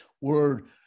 word